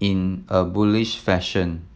in a bullish fashion